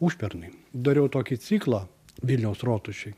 užpernai dariau tokį ciklą vilniaus rotušėj